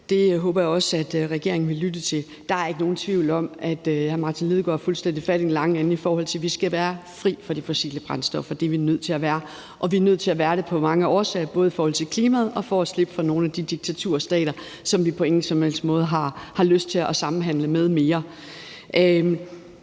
Det håber jeg også at regeringen vil lytte til. Der er ikke nogen tvivl om, at hr. Martin Lidegaard har fuldstændig fat i den lange ende, i forhold til at vi skal være fri for de fossile brændstoffer. Det er vi nødt til at være, og vi er nødt til at være det af mange årsager, nemlig både på grund af klimaet og for at slippe for nogle af de diktaturstater, som vi på ingen som helst måde har lyst til at samhandle med mere.